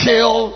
Kill